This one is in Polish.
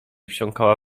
wsiąkała